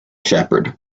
shepherd